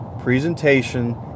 presentation